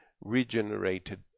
regenerated